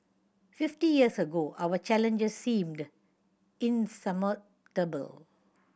fifty years ago our challenges seemed insurmountable